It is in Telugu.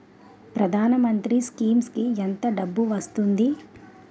ప్రధాన మంత్రి స్కీమ్స్ కీ ఎంత డబ్బు వస్తుంది?